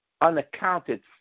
unaccounted